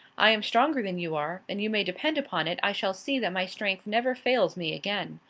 i am stronger than you are, and you may depend upon it i shall see that my strength never fails me again.